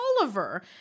Oliver